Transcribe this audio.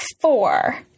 four